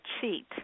cheat